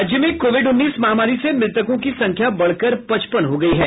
राज्य में कोविड उन्नीस महामारी से मृतकों की संख्या बढ़कर पचपन हो गयी है